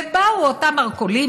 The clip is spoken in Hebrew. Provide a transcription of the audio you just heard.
ובאו אותם מרכולים,